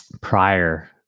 prior